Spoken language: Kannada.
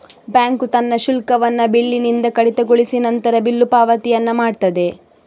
ಬ್ಯಾಂಕು ತನ್ನ ಶುಲ್ಕವನ್ನ ಬಿಲ್ಲಿನಿಂದ ಕಡಿತಗೊಳಿಸಿ ನಂತರ ಬಿಲ್ಲು ಪಾವತಿಯನ್ನ ಮಾಡ್ತದೆ